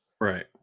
Right